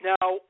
Now